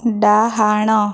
ଡାହାଣ